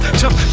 jump